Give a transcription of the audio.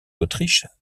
l’autriche